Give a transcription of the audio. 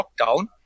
lockdown